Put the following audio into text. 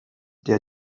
der